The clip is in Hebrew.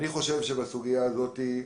אני חושב שבסוגיה הזאת,